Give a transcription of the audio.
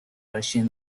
russian